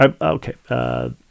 Okay